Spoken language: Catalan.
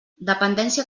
dependència